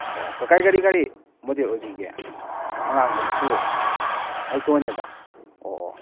ꯑꯣ ꯀꯀꯥꯒꯤ ꯒꯥꯔꯤ ꯀꯔꯤ ꯃꯣꯗꯦꯜ ꯑꯣꯏꯕꯤꯒꯦ ꯑꯉꯥꯡꯕ ꯃꯆꯨ ꯑꯜꯇꯣꯅꯦꯕ ꯑꯣ ꯑꯣ